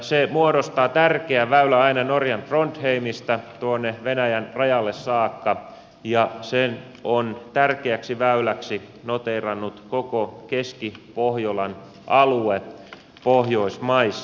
se muodostaa tärkeän väylän aina norjan trondheimista tuonne venäjän rajalle saakka ja sen on tärkeäksi väyläksi noteerannut koko keski pohjolan alue pohjoismaissa